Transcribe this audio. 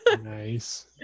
Nice